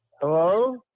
Hello